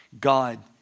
God